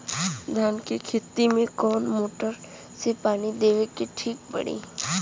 धान के खेती मे कवन मोटर से पानी देवे मे ठीक पड़ी?